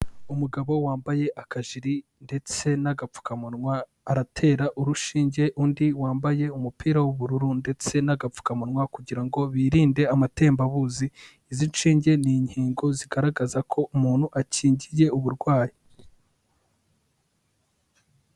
Umugabo wambaye akajiri ndetse n'agapfukamunwa, aratera urushinge undi wambaye umupira w'ubururu ndetse n'agapfukamunwa kugira ngo birinde amatembabuzi. Izi nshinge ni inkingo zigaragaza ko umuntu akingiye uburwayi.